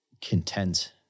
content